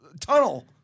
Tunnel